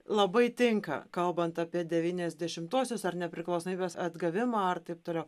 labai tinka kalbant apie devyniasdešimtuosius ar nepriklausomybės atgavimą ar taip toliau